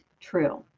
true